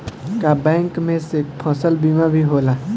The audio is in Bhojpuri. का बैंक में से फसल बीमा भी होला?